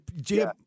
Jim